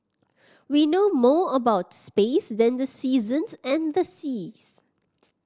we know more about space than the seasons and the seas